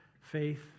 faith